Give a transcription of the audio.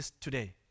today